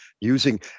using